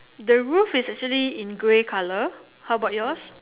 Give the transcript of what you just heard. the roof is actually in grey colour how bout yours